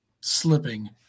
slipping